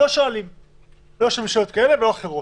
לא כאלה ולא אחרות.